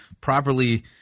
properly